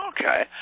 Okay